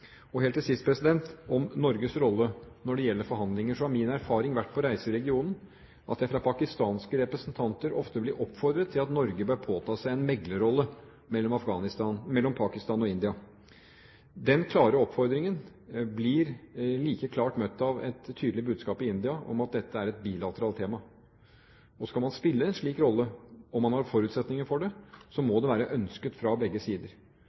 Helt til sist, om Norges rolle: Når det gjelder forhandlinger, har min erfaring på reiser i regionen vært at jeg av pakistanske representanter ofte blir oppfordret til at Norge bør påta seg en meglerrolle mellom Pakistan og India. Den klare oppfordringen blir like klart møtt av et tydelig budskap i India om at dette er et bilateralt tema. Skal man spille en slik rolle, om man har forutsetninger for det, må det være ønsket fra begge sider.